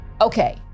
okay